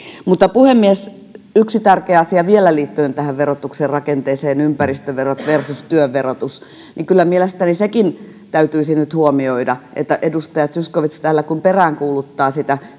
sanoin puhemies yksi tärkeä asia vielä liittyen tähän verotuksen rakenteeseen ympäristöverot versus työn verotus niin kyllä mielestäni sekin täytyisi nyt huomioida kun edustaja zyskowicz täällä peräänkuuluttaa